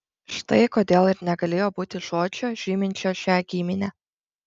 štai kodėl ir negalėjo būti žodžio žyminčio šią giminę